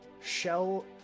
shell